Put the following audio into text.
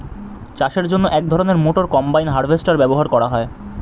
চাষের জন্য এক ধরনের মোটর কম্বাইন হারভেস্টার ব্যবহার করা হয়